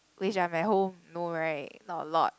which I'm at home no right not a lot